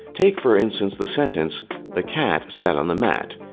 take, for instance, the sentence the cat sat on the mat.